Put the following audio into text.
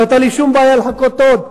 לא היתה לי שום בעיה לחכות עוד,